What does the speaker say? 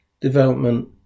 development